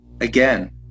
again